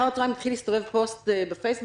אחר הצהריים התחיל להסתובב פוסט בפייסבוק